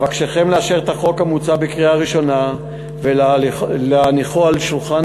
אבקשכם לאשר את החוק המוצע בקריאה ראשונה ולהניחו על שולחן